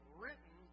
written